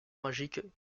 magique